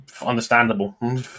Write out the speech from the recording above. understandable